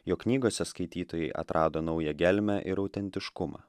jo knygose skaitytojai atrado naują gelmę ir autentiškumą